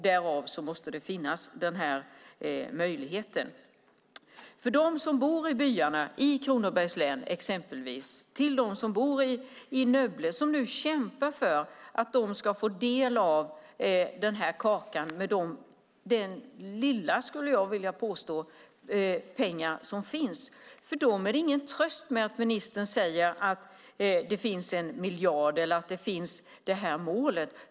Därför måste denna möjlighet finnas. För dem som bor exempelvis i byarna i Kronobergs län och för dem som bor i Nöbbele och som nu kämpar för att de ska få del av denna kaka med det lilla, skulle jag vilja påstå, i fråga om pengar som finns är det ingen tröst att ministern säger att det finns 1 miljard eller att detta mål finns.